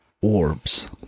orbs